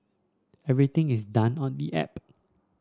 everything is done on the app